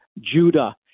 Judah